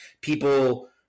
People